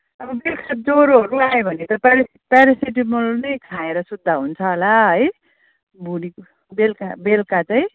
अब बेलुका ज्वरोहरू आयो भने त प्यारे प्यारेसिटामोल नै खाएर सुत्दा हुन्छ होला है भुँडीको बेलुका बेलुका चाहिँ